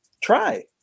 try